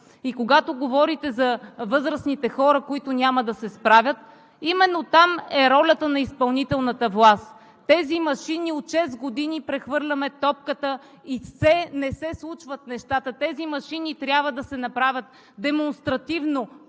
и когато говорите за възрастните хора, които няма да се справят, именно там е ролята на изпълнителната власт. От шест години прехвърляме топката и все не се случват нещата. Тези машини трябва да се направят демонстративно